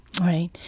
Right